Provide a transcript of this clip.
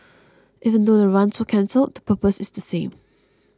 even though the runs are cancelled the purpose is the same